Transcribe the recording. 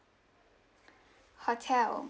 hotel